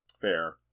Fair